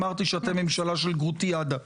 אמרתי שאתם ממשלה של גרוטיאדה.